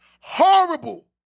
horrible